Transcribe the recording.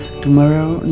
tomorrow